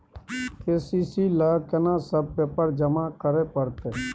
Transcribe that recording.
KCC ल केना सब पेपर जमा करै परतै?